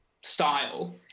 style